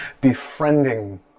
befriending